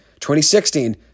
2016